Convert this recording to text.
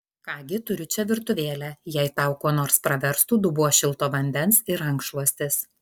ką gi turiu čia virtuvėlę jei tau kuo nors praverstų dubuo šilto vandens ir rankšluostis